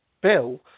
Bill